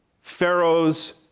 Pharaoh's